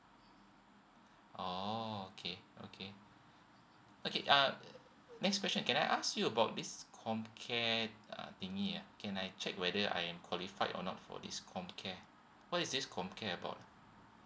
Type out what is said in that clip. oh okay okay okay uh next question can I ask you about this comcare uh thingy ah can I check whether I am qualified or not for this comcare what is this comcare about